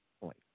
point